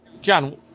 John